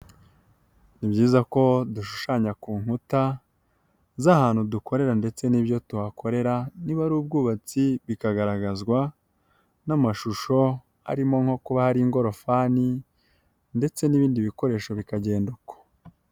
Ni byiza ko dushushanya ku nkuta z'ahantu dukorera ndetse n'ibyo tuhakorera, niba ari ubwubatsi bikagaragazwa n'amashusho arimo nko kuba hari ingorofani ndetse n'ibindi bikoresho bikagenda uko.